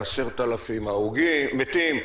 ל-10,000 מתים,